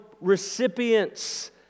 recipients